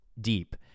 Deep